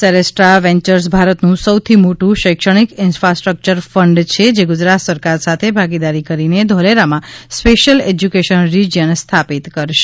સેરેસ્ટ્રા Ventures ભારતનું સૌથી મોટું શૈક્ષણિક ઇન્ફાસ્ટ્રક્યર ફંડ છે જે ગુજરાત સરકાર સાથે ભાગીદારી કરીને ધોલેરામાં સ્પેશ્યલ એશ્યુકેશન રિજીયન સ્થાપિત કરશે